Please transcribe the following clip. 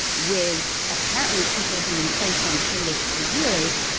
with apparently people being placed on kill lists for years,